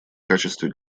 качестве